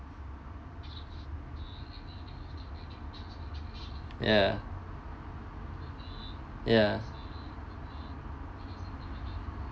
ya ya